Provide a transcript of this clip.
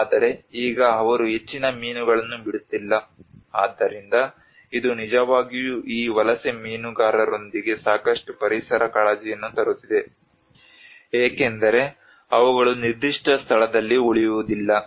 ಆದರೆ ಈಗ ಅವರು ಹೆಚ್ಚಿನ ಮೀನುಗಳನ್ನು ಬಿಡುತ್ತಿಲ್ಲ ಆದ್ದರಿಂದ ಇದು ನಿಜವಾಗಿಯೂ ಈ ವಲಸೆ ಮೀನುಗಾರರೊಂದಿಗೆ ಸಾಕಷ್ಟು ಪರಿಸರ ಕಾಳಜಿಯನ್ನು ತರುತ್ತಿದೆ ಏಕೆಂದರೆ ಅವುಗಳು ನಿರ್ದಿಷ್ಟ ಸ್ಥಳದಲ್ಲ ಉಳಿಯುವುದಿಲ್ಲ